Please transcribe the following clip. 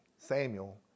Samuel